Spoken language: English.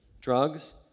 drugs